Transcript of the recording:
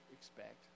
expect